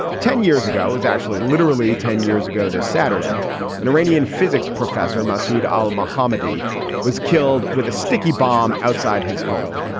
ten years ago was actually literally ten years ago this saturday in iranian physics. professor masood al mohammadi was killed with a sticky bomb outside his home.